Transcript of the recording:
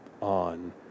on